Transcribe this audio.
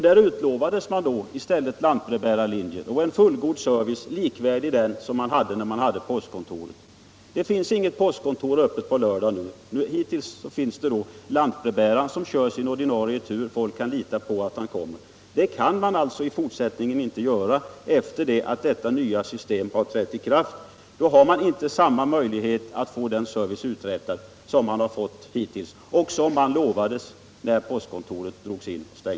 Då utlovades en lantbrevbärarlinje och en service likvärdig med den man hade när postkontoret fanns. Man har inget postkontor öppet på lördagarna nu. Lantbrevbäraren har hittills kört sin ordinarie tur, och folk har kunnat lita på att han kommer. Men det kan man alltså inte göra sedan detta nya system trätt i kraft. Då har man inte samma möjligheter till den service som man hittills fått och som utlovades när postkontoret drogs in.